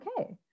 okay